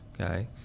okay